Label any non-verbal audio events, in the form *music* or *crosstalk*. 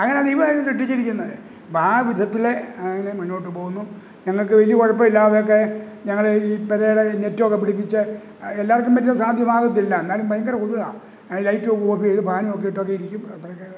അങ്ങനെയാണ് ദൈവം അതിനെ സൃഷ്ടിച്ചിരിക്കുന്നത് അപ്പോൾ ആ വിധത്തിൽ അങ്ങനെ മുന്നോട്ടു പോകുന്നു ഞങ്ങൾക്ക് ഇനി കുഴപ്പം ഇല്ലാതെയൊക്കെ ഞങ്ങൾ ഈ പുരയുടെ നെറ്റ് ഒക്കെ പിടിപ്പിച്ച് എല്ലാവർക്കും പറ്റിയാൽ സാദ്ധ്യമാകത്തില്ല എന്നാലും ഭയങ്കര കൊതുകാ ലൈറ്റും ഓഫ് ചെയ്തു ഫാനും ഒക്കെ ഇട്ടൊക്കെ ഇരിക്കും *unintelligible*